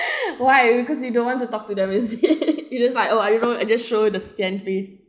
why because you don't want to talk to them is it you just like oh I don't know I just show the sien face